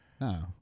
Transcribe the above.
no